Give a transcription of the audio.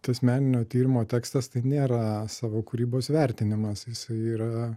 tas meninio tyrimo tekstas tai nėra savo kūrybos vertinimas jisai yra